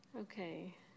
Okay